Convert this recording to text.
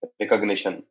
recognition